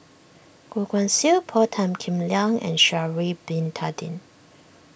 Goh Guan Siew Paul Tan Kim Liang and Sha'ari Bin Tadin